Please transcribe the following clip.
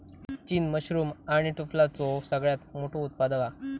चीन मशरूम आणि टुफलाचो सगळ्यात मोठो उत्पादक हा